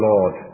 Lord